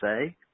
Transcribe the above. say